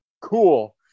cool